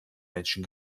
menschen